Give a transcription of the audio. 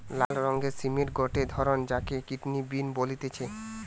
লাল রঙের সিমের গটে ধরণ যাকে কিডনি বিন বলতিছে